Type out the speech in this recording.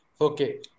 okay